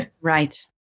Right